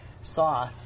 saw